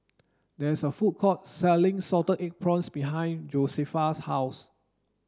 there is a food court selling salted egg prawns behind Josefa's house